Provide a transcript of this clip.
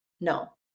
no